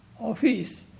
office